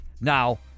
Now